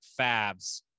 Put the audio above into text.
Fabs